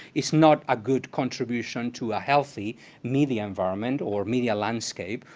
it's not a good contribution to a healthy media environment, or media landscape,